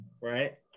right